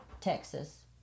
Texas